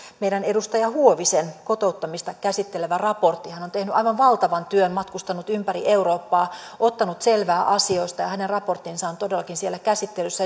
meidän edustaja huovisen kotouttamista käsittelevä raportti hän on tehnyt aivan valtavan työn matkustanut ympäri eurooppaa ottanut selvää asioista hänen raporttinsa on todellakin siellä käsittelyssä